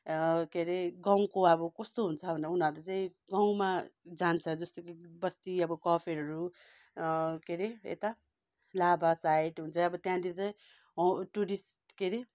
के अरे गाउँको अब कस्तो हुन्छ भनेर उनीहरू चाहिँ गाउँमा जान्छ जस्तै कि बस्ती अब कफेरहरू के अरे यता लाभा साइड हुन्छ अब त्यहाँनिर त्यही टुरिस्ट के अरे